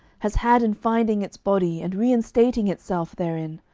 has had in finding its body and reinstating itself therein!